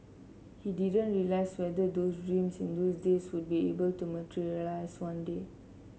he didn't realize whether those dreams in those days would be able to materialized one day